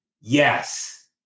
Yes